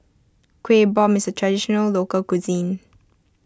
Kueh Bom is a Traditional Local Cuisine